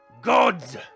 Gods